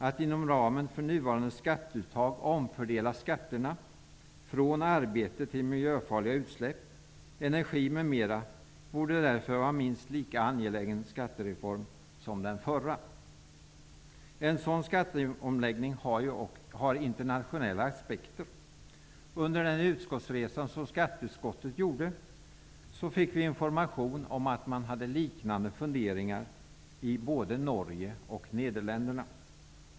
Att inom ramen för nuvarande skatteuttag omfördela skatterna från arbete till miljöfarliga utsläpp, energi m.m. borde därför vara en minst lika angelägen skattereform som den förra. En sådan skatteomläggning har internationella aspekter. Under den utskottsresa som skatteutskottet gjorde fick vi information om att man hade liknande funderingar i både Norge och Nederländerna.